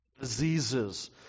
diseases